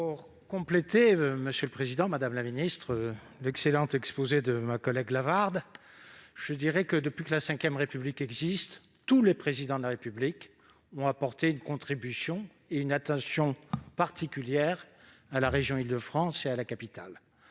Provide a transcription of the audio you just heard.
Pour compléter l'excellent exposé de ma collègue Lavarde, je dirai que, depuis que la V République existe, tous les Présidents de la République ont apporté leur contribution et une attention particulière à la région Île-de-France et à la capitale